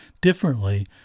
differently